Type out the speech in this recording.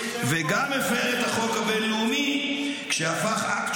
וגם הפר את החוק הבין-לאומי כשהפך של